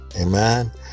Amen